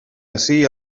ací